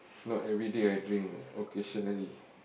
not every day I drink occasionally